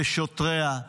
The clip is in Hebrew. לשוטריה: